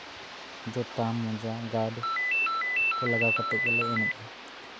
ᱡᱚᱛᱟ ᱢᱚᱡᱟ ᱜᱟᱨᱰ ᱠᱚ ᱞᱟᱜᱟᱣ ᱠᱟᱛᱮ ᱜᱮᱞᱮ ᱮᱱᱮᱡᱟ